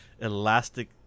elastic